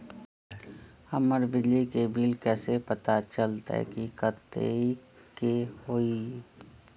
हमर बिजली के बिल कैसे पता चलतै की कतेइक के होई?